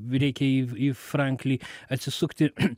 reikia į į franklį atsisukti